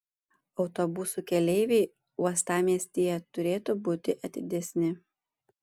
autobusų keleiviai uostamiestyje turėtų būti atidesni